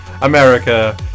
America